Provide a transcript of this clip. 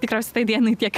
tikriausiai tai dienai tiek